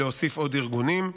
להוסיף עוד ארגונים.